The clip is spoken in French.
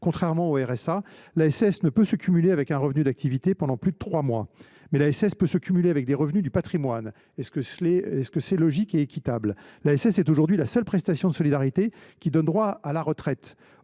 contrairement au RSA, cette prestation ne peut se cumuler avec un revenu d’activité pendant plus de trois mois. En revanche, elle peut se cumuler avec des revenus du patrimoine. Est ce logique ou équitable ? L’ASS est aujourd’hui la seule prestation de solidarité qui donne des droits à retraite.